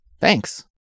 Thanks